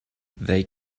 they